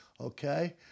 Okay